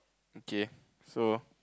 okay so